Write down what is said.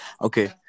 Okay